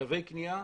תווי קנייה,